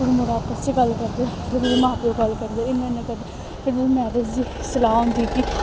कुड़ी मुड़ा आपस च गल्ल करदे कुड़ी दे मां प्योऽ गल्ल करदे इ'न्ना इ'न्ना करदे फिर ना मैरिज दी सलाह् होंदी कि